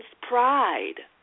pride